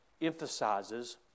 emphasizes